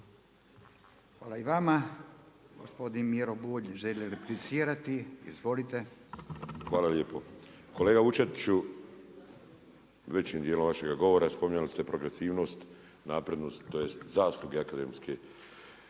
Hvala i vama. Gospodin Miro Bulj želi replicirati. Izvolite. **Bulj, Miro (MOST)** Hvala lijepo. Kolega Vučetiću, većim dijelom vašega govora spomenuli ste progresivnost, naprednost, tj. zasluge akademske